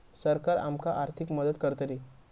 सरकार आमका आर्थिक मदत करतली?